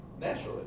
naturally